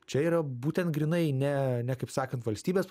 čia yra būtent grynai ne ne kaip sakant valstybės